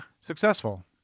Successful